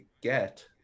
get